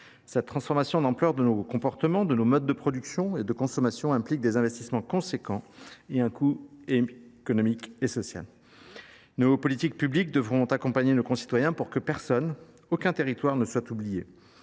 Cette transformation d’ampleur de nos comportements, de nos modes de production et de nos modes de consommation implique des investissements considérables et a un coût économique et social. Nos politiques publiques devront accompagner nos concitoyens pour que personne ni aucun territoire ne soit oublié.